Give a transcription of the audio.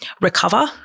recover